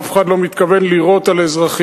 הרי אף אחד לא מתכוון לירות על אזרחים,